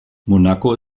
monaco